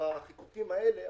בחיקוקים האלה,